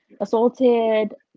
assaulted